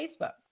Facebook